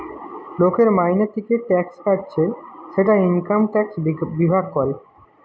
লোকের মাইনে থিকে ট্যাক্স কাটছে সেটা ইনকাম ট্যাক্স বিভাগ করে